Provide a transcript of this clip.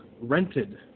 rented